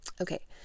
Okay